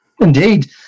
Indeed